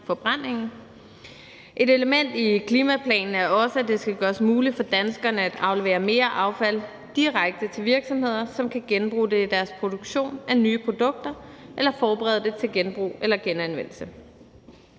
forbrændingen. Et element i klimaplanen er også, at det skal gøres muligt for danskerne at aflevere mere affald direkte til virksomheder, som kan genbruge det i deres produktion af nye produkter eller forberede det til genbrug eller genanvendelse.